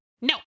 No